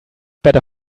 better